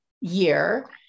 year